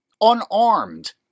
unarmed